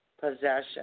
Possession